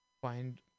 find